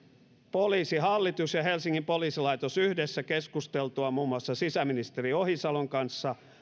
poliisihallitus ja helsingin poliisilaitos yhdessä keskusteltuaan muun muassa sisäministeri ohisalon kanssa